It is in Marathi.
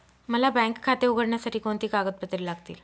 मला बँक खाते उघडण्यासाठी कोणती कागदपत्रे लागतील?